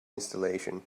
installation